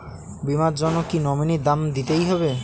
বীমার জন্য কি নমিনীর নাম দিতেই হবে?